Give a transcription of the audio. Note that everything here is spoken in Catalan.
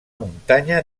muntanya